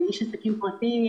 איש עסקים פרטי,